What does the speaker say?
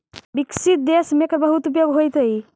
विकसित देश में एकर बहुत उपयोग होइत हई